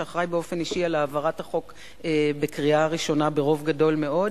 שאחראי באופן אישי להעברת החוק בקריאה ראשונה ברוב גדול מאוד,